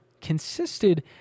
consisted